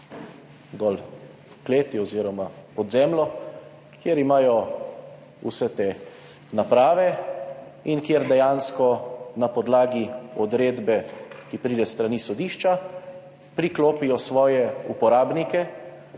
dol v kleti oziroma pod zemljo, kjer imajo vse te naprave in kjer dejansko na podlagi odredbe, ki pride s strani sodišča, priklopijo svoje uporabnike,